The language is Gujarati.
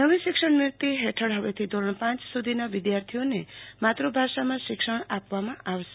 નવી શિક્ષણ નીતિ હેઠળ હવેથી ધોરણ પાંચ સુધીના વિદ્યાર્થીઓને માત્રભાષામાં શિક્ષણ આપવામાં આવશે